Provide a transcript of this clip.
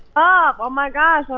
ah oh my gosh, i'm